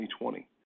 2020